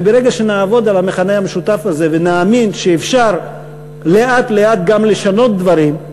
וברגע שנעבוד על המכנה המשותף הזה ונאמין שאפשר לאט-לאט גם לשנות דברים,